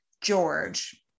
George